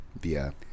via